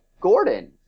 Gordon